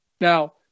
Now